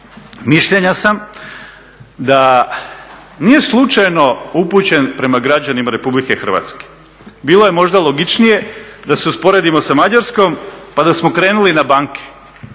mišljenja sam da nije slučajno upućen prema građanima RH. bilo je možda logičnije da se usporedimo sa Mađarskom pa da smo krenuli na banke.